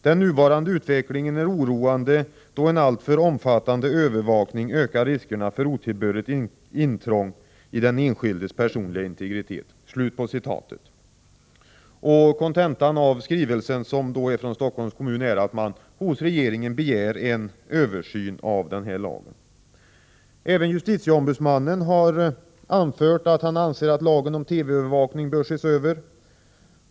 Den nuvarande utvecklingen är oroande då en alltför omfattande övervakning ökar riskerna för otillbörligt intrång i enskildas personliga integritet.” Även justitieombudsmannen har anfört att han anser att lagen om TV-övervakning bör ses över.